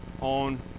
on